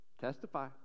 Testify